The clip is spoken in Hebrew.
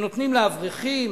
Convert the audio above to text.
שנותנים לאברכים,